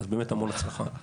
המון הצלחה.